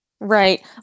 Right